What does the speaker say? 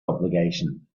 obligation